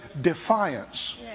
defiance